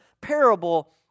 parable